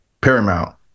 paramount